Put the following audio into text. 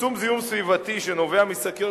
צמצום זיהום סביבתי שנובע משקיות